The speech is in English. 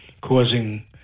causing